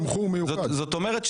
זאת אומרת,